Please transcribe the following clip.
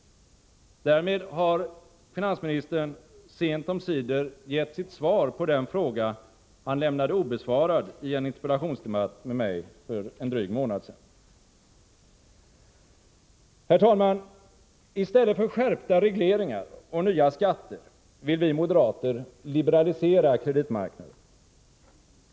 Därmed har finansministern, sent omsider, gett sitt svar på den fråga han lämnade obesvarad i en interpellationsdebatt med mig för en dryg månad sedan. Herr talman! I stället för att införa skärpta regleringar och nya skatter vill vi moderater liberalisera kreditmarknaden.